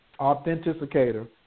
Authenticator